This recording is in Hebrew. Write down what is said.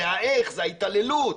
זה האיך, זו ההתעללות,